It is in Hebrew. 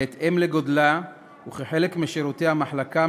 בהתאם לגודלה וכחלק משירותי המחלקה,